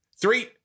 Three